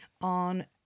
on